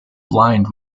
blind